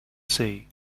see